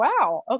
wow